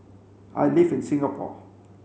I live in Singapore